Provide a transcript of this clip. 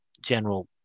general